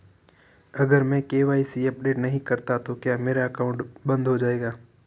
अगर मैं KYC update नहीं करता तो क्या मेरा अकाउंट बंद हो जाएगा?